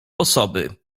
osoby